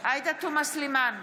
עאידה תומא סלימאן,